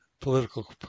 political